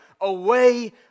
away